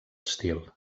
estil